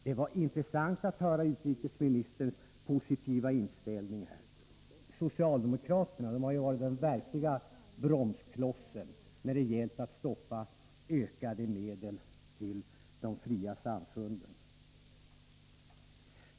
Det var intressant att höra utrikesministerns positiva inställning. Socialdemokraterna har ju varit den verkliga bromsklossen när det gällt att stoppa förslag om ökade medel till de fria samfunden.